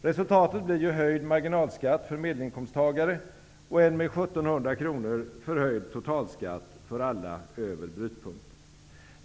Resultatet blir höjd marginalskatt för medelinkomsttagare och en med 1 700 kronor förhöjd totalskatt för alla över brytpunkten.